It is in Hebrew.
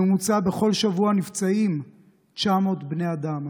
בממוצע, בכל שבוע נפצעים 900 בני אדם.